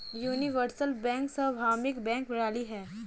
universal bank सार्वभौमिक bank प्रणाली है